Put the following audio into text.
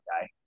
guy